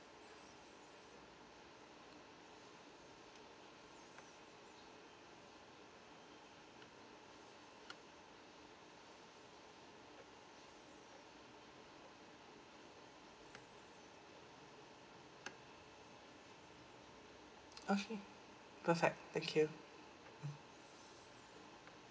okay perfect thank you